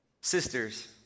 sisters